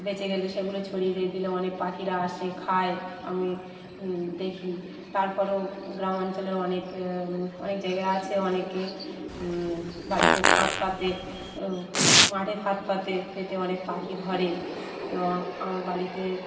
বেঁচে গেলে সেগুলো ছড়িয়ে দিই দিলে অনেক পাখিরা আসে খায় আমি দেখি তার পরেও গ্রামাঞ্চলের অনেক অনেক জায়গা আছে অনেকে বাড়িতে ফাঁদ পাতে মাঠে ফাঁদ পাতে পেতে অনেক পাখি ধরে এবং আমার বাড়িতে